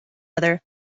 other